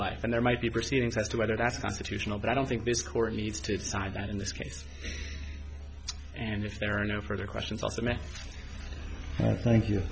life and there might be proceedings as to whether that's constitutional but i don't think this court needs to decide that in this case and if there are no further questions